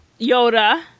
Yoda